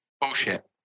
bullshit